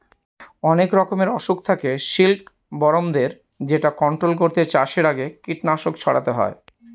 অনেক রকমের অসুখ থাকে সিল্কবরমদের যেটা কন্ট্রোল করতে চাষের আগে কীটনাশক ছড়াতে হয়